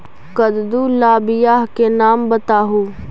कददु ला बियाह के नाम बताहु?